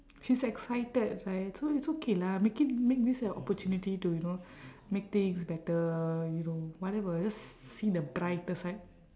she's excited right so it's it's okay lah make it make this an opportunity to you know make things better you know whatever just see the brighter side